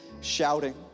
shouting